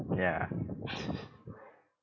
ya